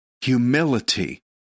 Humility